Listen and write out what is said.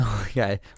Okay